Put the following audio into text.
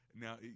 now